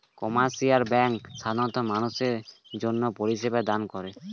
commercial bank সাধারণ মানুষদের জন্যে পরিষেবা দান করে